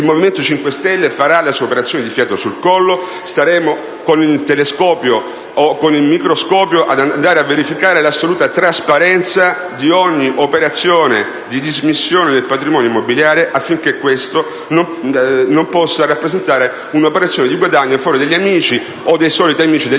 immobili carcerari, farà la sua operazione «fiato sul collo». Staremo con il telescopio o con il microscopio a verificare l'assoluta trasparenza di ogni operazione di dismissione del patrimonio immobiliare affinché non possa rappresentare un'operazione di guadagno in favore degli amici o dei soliti amici degli amici,